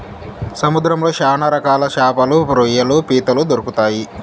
సముద్రంలో శ్యాన రకాల శాపలు, రొయ్యలు, పీతలు దొరుకుతాయి